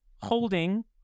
holding